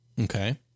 Okay